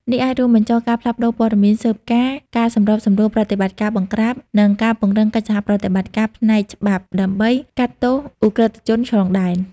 នេះអាចរួមបញ្ចូលការផ្លាស់ប្តូរព័ត៌មានស៊ើបការណ៍ ការសម្របសម្រួលប្រតិបត្តិការបង្ក្រាប និងការពង្រឹងកិច្ចសហប្រតិបត្តិការផ្នែកច្បាប់ដើម្បីកាត់ទោសឧក្រិដ្ឋជនឆ្លងដែន។